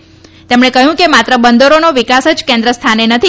મંત્રીશ્રીએ કહયું કે માત્ર બંદરોનો વિકાસ જ કેન્દ્ર સ્થાને નથી